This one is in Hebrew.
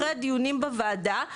אחרי הדיונים בוועדה,